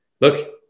look